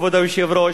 כבוד היושב-ראש,